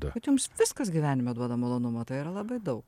bet jums viskas gyvenime duoda malonumo tai yra labai daug